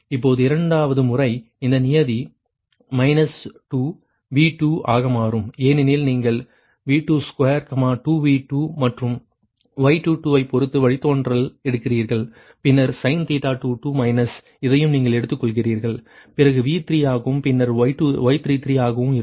இப்போது இரண்டாவது முறை இந்த நியதி மைனஸ் 2 V2 ஆக மாறும் ஏனெனில் நீங்கள் V22 2V2 மற்றும் Y22 ஐப் பொறுத்து வழித்தோன்றல் எடுக்கிறீர்கள் பின்னர் sinθ22 மைனஸ் இதையும் நீங்கள் எடுத்துக்கொள்கிறீர்கள் பிறகு V3 ஆகவும் பின்னர் Y33 ஆகவும் இருக்கும்